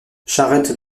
charette